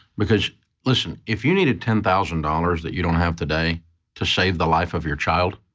because listen, if you needed ten thousand dollars that you don't have today to save the life of your child,